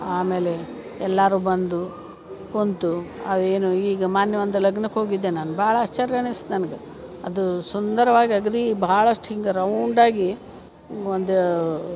ಆಮೇಲೆ ಎಲ್ಲರೂ ಬಂದು ಕೂತು ಅದೇನು ಈಗ ಮೊನ್ನೆ ಒಂದು ಲಗ್ನಕ್ಕೆ ಹೋಗಿದ್ದೆ ನಾನು ಭಾಳ ಆಶ್ಚರ್ಯ ಅನಿಸ್ತು ನನ್ಗೆ ಅದು ಸುಂದರವಾಗಿ ಅಗದಿ ಭಾಳಷ್ಟು ಹಿಂಗೆ ರೌಂಡಾಗಿ ಒಂದು